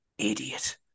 Idiot